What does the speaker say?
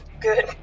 good